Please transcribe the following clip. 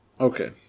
Okay